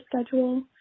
schedule